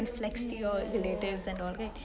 ya